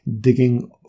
digging